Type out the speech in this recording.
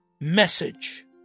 message